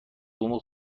بوم